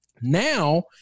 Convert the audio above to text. Now